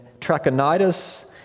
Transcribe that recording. Trachonitis